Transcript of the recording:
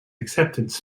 acceptance